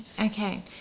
Okay